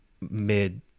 mid